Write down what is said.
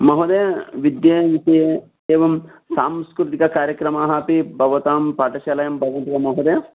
महोदय विद्याविषये एवं सांस्कृतिककार्यक्रमाः अपि भवतां पाठशालायां भवन्ति महोदय